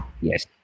Yes